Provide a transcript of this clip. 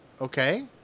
Okay